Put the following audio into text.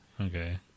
Okay